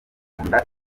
akunda